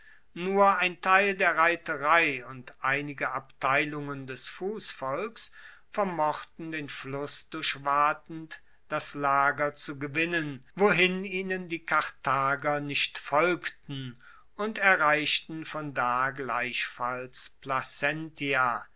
nur ein teil der reiterei und einige abteilungen des fussvolks vermochten den fluss durchwatend das lager zu gewinnen wohin ihnen die karthager nicht folgten und erreichten von da gleichfalls placentia